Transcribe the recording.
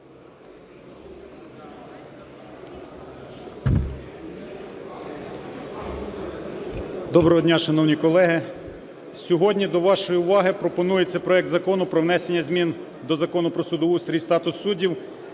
Доброго дня, шановні колеги. Сьогодні до вашої уваги пропонується проект Закону про внесення змін до Закону "Про судоустрій і статус суддів"